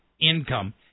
income